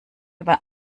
über